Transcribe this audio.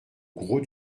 grau